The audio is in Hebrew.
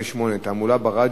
בעד.